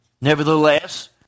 Nevertheless